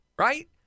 right